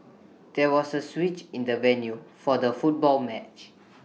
there was A switch in the venue for the football match